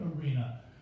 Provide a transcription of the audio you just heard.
arena